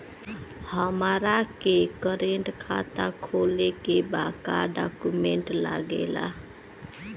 हमारा के करेंट खाता खोले के बा का डॉक्यूमेंट लागेला?